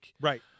Right